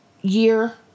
year